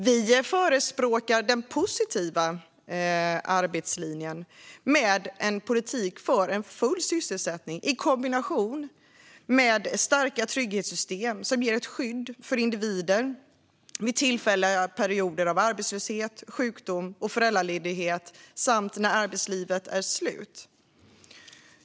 Vi förespråkar den positiva arbetslinjen med en politik för full sysselsättning i kombination med starka trygghetssystem som ger ett skydd för individer vid tillfälliga perioder av arbetslöshet, sjukdom och föräldraledighet samt när arbetslivet är slut.